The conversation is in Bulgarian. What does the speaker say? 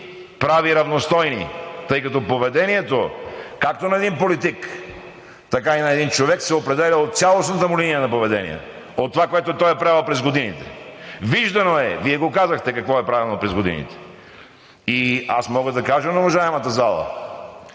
прави равностойни, тъй като поведението, както на един политик, така и на един човек, се определя от цялостната му линия на поведение, от това, което той е правил през годините. Виждано е, Вие казахте какво е правено през годините. Мога да кажа на уважаемата зала,